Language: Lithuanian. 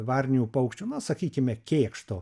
varninių paukščių na sakykime kėkšto